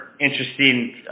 interesting